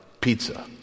pizza